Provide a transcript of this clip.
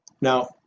Now